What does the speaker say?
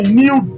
new